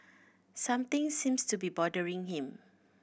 something seems to be bothering him